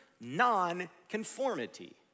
non-conformity